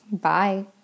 Bye